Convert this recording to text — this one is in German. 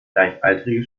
gleichaltrige